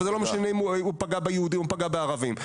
וזה לא משנה אם הוא פגע ביהודים או פגע בערבים.